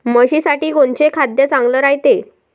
म्हशीसाठी कोनचे खाद्य चांगलं रायते?